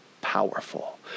powerful